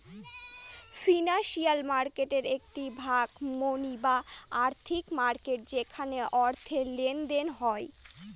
financial মার্কেটের একটি ভাগ মানি বা আর্থিক মার্কেট যেখানে অর্থের লেনদেন হয়